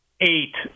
eight